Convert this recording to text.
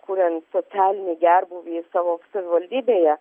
kuriant socialinį gerbūvį savo savivaldybėje